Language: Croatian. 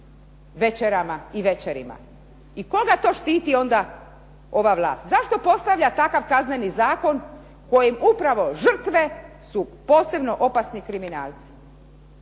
večerama i večerima. I koga to štiti onda ova vlast? Zašto postavlja takav kazneni zakon kojim upravo žrtve su posebno opasni kriminalci.